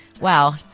wow